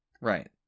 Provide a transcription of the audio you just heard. Right